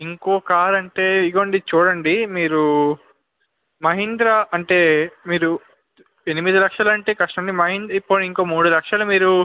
ఇంకో కార్ అంటే ఇదిగోండి చూడండి మీరు మహీంద్రా అంటే మీరు ఎనిమిది లక్షలు అంటే కష్టం అండి మహీం పోనీ ఇంకో మూడు లక్షలు మీరు